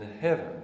heaven